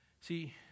See